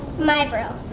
mibro.